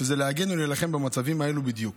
שזה להגן ולהילחם במצבים האלה בדיוק.